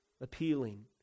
appealing